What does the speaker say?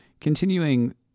Continuing